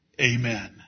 Amen